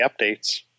updates